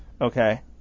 Okay